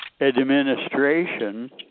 administration